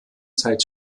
zeit